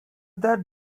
that